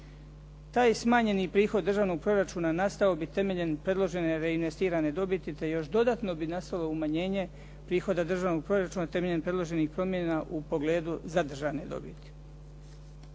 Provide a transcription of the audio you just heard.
Taj smanjeni prihod državnog proračuna nastao bi temeljem predložene reinvestirane dobiti, te još dodatno bi nastalo umanjenje prihoda državnog proračuna temeljem predloženih promjena u pogledu zadržane dobiti.